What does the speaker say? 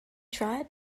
tried